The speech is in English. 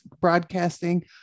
Broadcasting